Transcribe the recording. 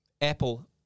Apple